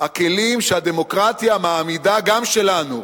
הכלים שהדמוקרטיה מעמידה, גם שלנו,